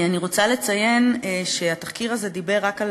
אני רוצה לציין שהתחקיר הזה דיבר רק,